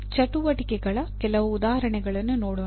ಚಟುವಟಿಕೆಗಳ ಕೆಲವು ಉದಾಹರಣೆಗಳನ್ನು ನೋಡೋಣ